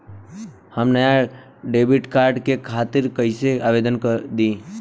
हम नया debit card के खातिर कइसे आवेदन दीं?